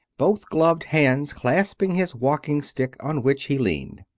both gloved hands clasping his walking stick on which he leaned.